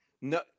no